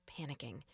panicking